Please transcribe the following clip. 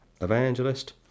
evangelist